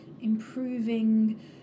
improving